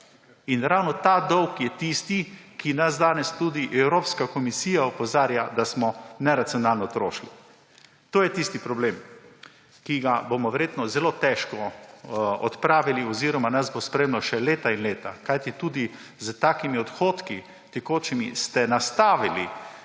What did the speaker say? In ravno ta dolg je tisti, na katerega nas danes tudi Evropska komisija opozarja, da smo neracionalno trošili. To je tisti problem, ki ga bomo verjetno zelo težko odpravili oziroma nas bo spremljal še leta in leta, kajti tudi s takimi tekočimi odhodki ste nastavili